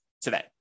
today